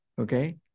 Okay